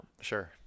Sure